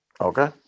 Okay